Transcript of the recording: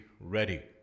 ready